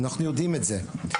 אנחנו יודעים את זה.